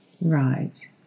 Right